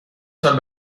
سال